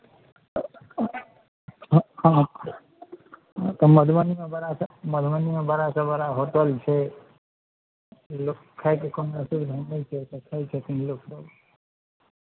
हँ हँ तऽ मधुबनीमे बड़ासँ मधुबनीमे बड़ासँ बड़ा होटल छै लोक खाइके कोनो असुविधा नहि छै ओतय खाइ छथिन लोकसभ